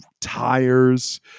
tires